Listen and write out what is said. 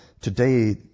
today